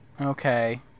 Okay